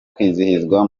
kwizihizwa